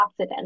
antioxidants